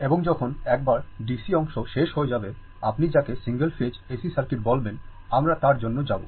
এবং যখন একবার ডিসি অংশ শেষ হয়ে যাবে আপনি যাকে সিঙ্গেল ফেজ এসি সার্কিট বলবেন আমরা তার জন্য যাব